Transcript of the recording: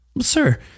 sir